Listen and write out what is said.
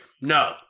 No